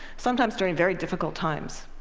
sometimes during very difficult times.